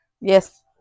Yes